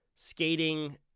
skating